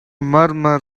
murmur